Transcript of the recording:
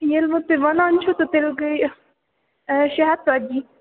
ییٚلہِ وۄنۍ تُہۍ وَنان چھُو تہٕ تیٚلہِ گٔے شےٚ ہَتھ ژَتجی